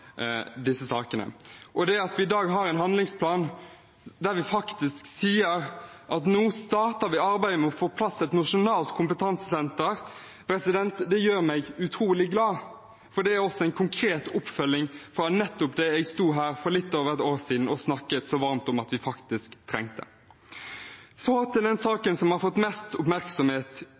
disse sakene. Det at vi i dag har en handlingsplan der vi faktisk sier at vi nå starter arbeidet med å få på plass et nasjonalt kompetansesenter, gjør meg utrolig glad, for det er også en konkret oppfølging av nettopp det jeg sto her for litt over et år siden og snakket så varmt om at vi trengte. Så til den saken som har fått mest oppmerksomhet